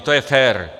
To je fér.